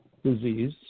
disease